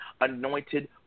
anointed